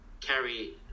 carry